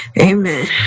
amen